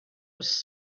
was